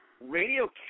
Radio